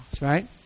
Right